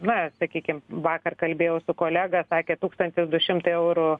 na sakykim vakar kalbėjau su kolega sakė tūkstantis du šimtai eurų